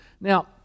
Now